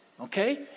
okay